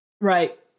right